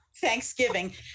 Thanksgiving